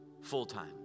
full-time